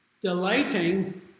Delighting